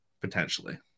potentially